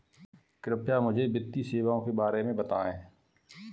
कृपया मुझे वित्तीय सेवाओं के बारे में बताएँ?